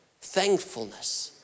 thankfulness